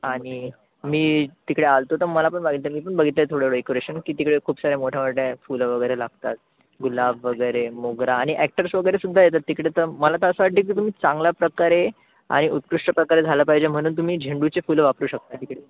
आणि मी तिकडे आलतो तर मला पण बघायचे आहे मी पण बघितले आहेत थोडं डेकोरेशन की तिकडे खूप साऱ्या मोठ्या मोठ्या फुलं वगैरे लागतात गुलाब वगैरे मोगरा आणि अॅक्टर्स वगैरे सुद्धा येतात तिकडे तर मला तर असं वाटते की तुम्ही चांगल्या प्रकारे आणि उत्कृष्ट प्रकारे झालं पाहिजे म्हणून तुम्ही झेंडूचे फुलं वापरू शकता तिकडे